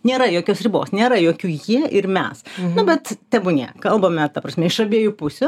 nėra jokios ribos nėra jokių jie ir mes nu bet tebūnie kalbame ta prasme iš abiejų pusių